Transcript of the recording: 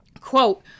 Quote